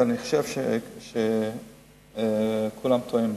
ואני חושב שכולם טועים בזה: